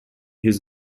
his